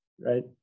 right